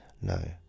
No